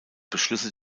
beschlüsse